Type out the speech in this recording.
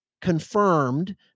confirmed